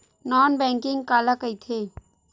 Non banking काला कइथे?